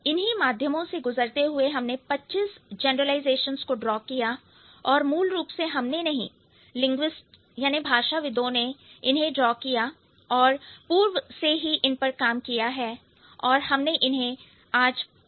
इन्हीं माध्यमों से गुजरते हुए हमने 25 जनरलाइजेशंस को ड्रॉ किया और मूल रूप से हमने नहीं लिंग्विस्ट्स भाषाविदों ने इन्हें ड्रॉ किया और पूर्व से ही इन पर काम किया है और हमने इन्हें पुनः रिविज़िट किया है